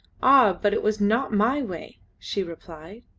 ah! but it was not my way! she replied.